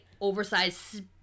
oversized